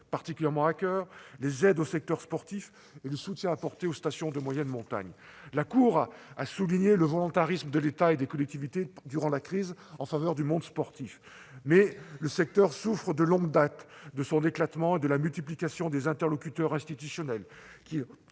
particulièrement à coeur : les aides au secteur sportif et le soutien apporté aux stations de moyenne montagne. La Cour a souligné le « volontarisme de l'État » et des collectivités durant la crise en faveur du monde sportif. Néanmoins, ce secteur souffre de longue date de son éclatement et de la multiplication des interlocuteurs institutionnels, qui